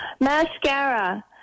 mascara